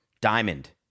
Diamond